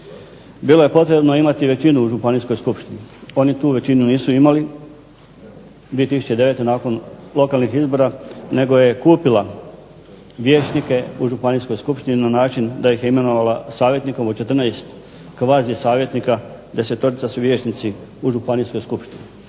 bilo je potrebno imati većinu u županijskoj skupštini. Oni tu većinu nisu imali 2009. godine nakon lokalnih izbora, nego je kupila vijećnike u Županijskoj skupštini na način da ih je imenovala savjetnikom od 14 kvazi savjetnika desetorica su vijećnici u Županijskoj skupštini.